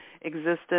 existence